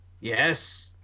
Yes